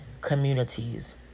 communities